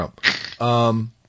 Trump